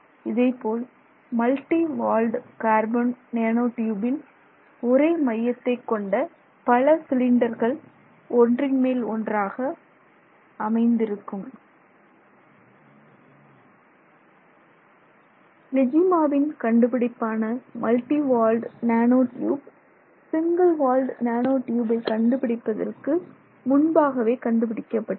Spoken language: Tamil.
இதேபோல் மல்டி வால்டு கார்பன் நேனோ டியூபில் ஒரே மையத்தை கொண்ட பல சிலிண்டர்கள் ஒன்றின்மேல் ஒன்றாக அமைந்திருக்கும் லிஜிமாவின் கண்டுபிடிப்பான multi walled nano tube single walled carbon nano டியூபை கண்டுபிடிப்பதற்கு முன்பாகவே கண்டுபிடிக்கப்பட்டது